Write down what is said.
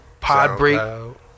Podbreak